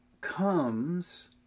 comes